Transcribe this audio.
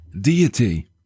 Deity